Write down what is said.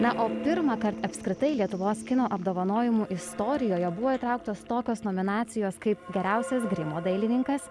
na o pirmąkart apskritai lietuvos kino apdovanojimų istorijoje buvo įtrauktos tokios nominacijos kaip geriausias grimo dailininkas